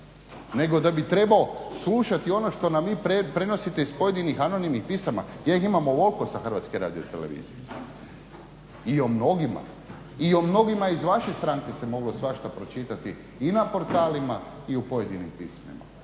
nego da bi trebao slušati ono što nam prenosite iz pojedinih anonimnih pisama. Ja ih ima ovolko sa HRT-a i o mnogima, i o mnogima iz vaše stranke se moglo svašta pročitati i na portalima i u pojedinim pismima,